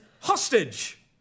Hostage